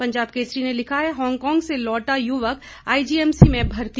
पंजाब केसरी ने लिखा है हांगकांग से लौटा युवक आई जी एम सी में भर्ती